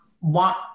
want